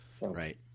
right